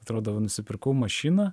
atrodo va nusipirkau mašiną